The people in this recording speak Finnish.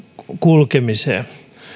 kulkemiseen